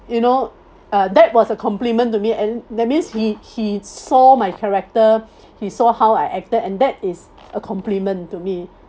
you know uh that was a compliment to me and that means he he saw my character he saw how I acted and that is a compliment to me